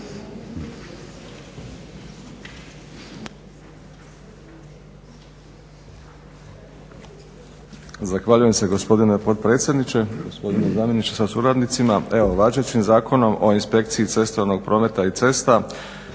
Zahvaljujem se gospodine potpredsjedniče. Gospodine zamjeniče sa suradnicima. Evo važećim Zakonom o inspekciji cestovnog prometa i cesta